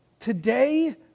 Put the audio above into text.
Today